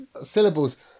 syllables